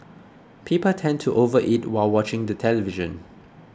people tend to overeat while watching the television